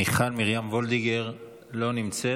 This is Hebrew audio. מיכל מרים וולדיגר, לא נמצאת.